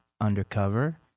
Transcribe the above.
Undercover